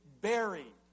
buried